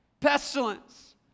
pestilence